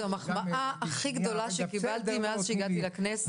זו המחמאה הכי גדולה שקיבלתי מאז שהגעתי לכנסת,